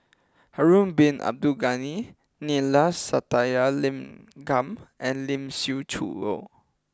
Harun Bin Abdul Ghani Neila Sathyalingam and Lee Siew Choh